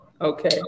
Okay